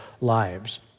lives